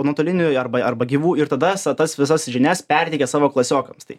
nuotolinių arba arba gyvų ir tada sa tas visas žinias perteikia savo klasiokams tai